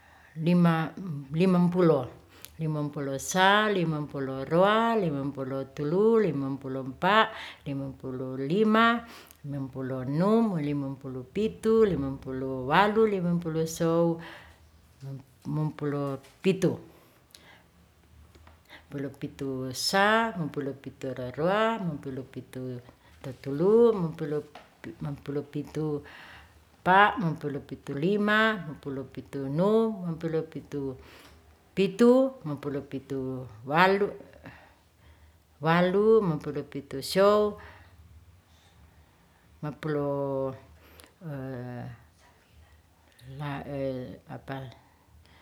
Limampulo, limampulo sa, limampulo roa, limampulo tulu'u, limampolo pa', limampolo lima, limampolo num, limampolo pitu, limampolo walu, limampolo sou, mampulo pitu, mampulo pitu sa, mampulo pitu raroa, mampulo pitu tatulu, mampulo pitu pa, mapulo pitu lima, mampulo pitu num, mampulo pitu pitu, mampolu pitu walu, mampulo pitu sou,